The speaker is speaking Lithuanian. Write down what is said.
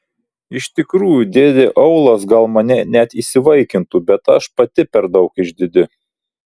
iš tikrųjų dėdė aulas gal mane net įsivaikintų bet aš pati per daug išdidi